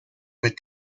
with